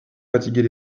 fatiguer